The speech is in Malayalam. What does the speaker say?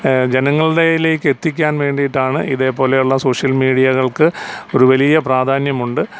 ജനങ്ങളിലേയ്ക്ക് എത്തിക്കാൻ വേണ്ടിയിട്ടാണ് ഇതേപോലെയുള്ള സോഷ്യൽ മീഡിയകൾക്ക് ഒരു വലിയ പ്രാധാന്യമുണ്ട്